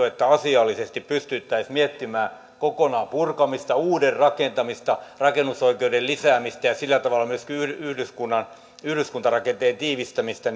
että asiallisesti pystyttäisiin miettimään kokonaan purkamista uuden rakentamista rakennusoikeuden lisäämistä ja sillä tavalla myös yhdyskuntarakenteen tiivistämistä